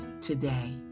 today